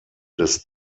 des